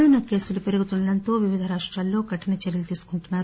corona కేసులు పెరుగుతుండడంతో వివిధ రాష్టాల్లో కఠిన చర్యలు తీసుకుంటున్నారు